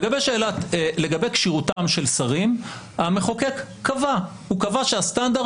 לגבי כשירותם של שרים המחוקק קבע שהסטנדרט